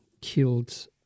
killed